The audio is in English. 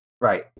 right